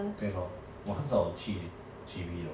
对 lor 我很少去 J_B 的